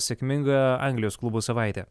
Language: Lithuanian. sėkminga anglijos klubų savaitė